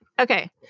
Okay